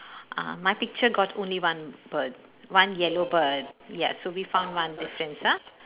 uh my picture got only one bird one yellow bird ya so we found one difference ah